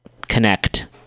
connect